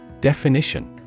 Definition